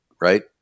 right